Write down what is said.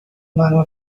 منو